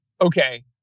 okay